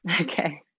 Okay